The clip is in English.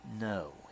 no